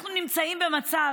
אנחנו נמצאים במצב